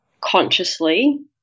consciously